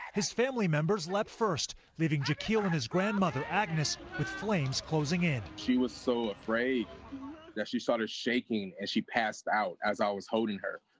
his family members leapt first, leaving jacquill and his grandmother agnes with flames closing in. she was so afraid that she started shaking and she passed out as i was holding her.